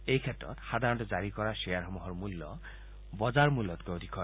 এইক্ষেত্ৰত সাধাৰণতে জাৰি কৰা খেয়াৰসমূহৰ মূল্য বজাৰমূল্যতকৈ অধিক হয়